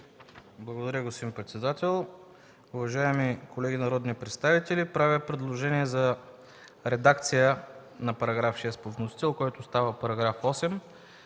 Благодаря, господин председател. Уважаеми колеги народни представители, правя предложение за редакция на § 6 по вносител, който става § 8: